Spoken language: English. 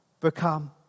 become